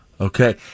Okay